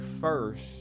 first